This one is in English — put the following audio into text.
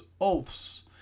oaths